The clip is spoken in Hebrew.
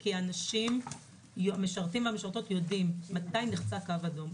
כי המשרתים והמשרתות יודעים מתי נחצה קו אדום.